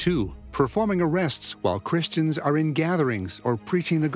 to performing arrests while christians are in gatherings or preaching the